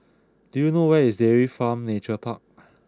do you know where is Dairy Farm Nature Park